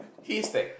he's like